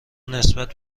نسبت